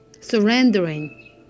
Surrendering